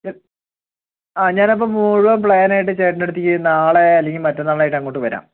ആ ഞാനപ്പം മുഴുവൻ പ്ലാനായിട്ട് ചേട്ടൻ്റെ അടുത്തേക്ക് നാളെ അല്ലെങ്കിൽ മറ്റന്നാളായിട്ട് അങ്ങോട്ട് വരാം